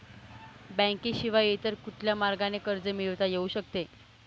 बँकेशिवाय इतर कुठल्या मार्गाने कर्ज मिळविता येऊ शकते का?